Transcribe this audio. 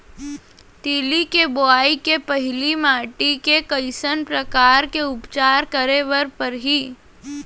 तिलि के बोआई के पहिली माटी के कइसन प्रकार के उपचार करे बर परही?